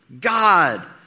God